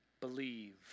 believe